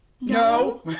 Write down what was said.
No